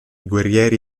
guerrieri